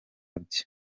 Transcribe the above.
bye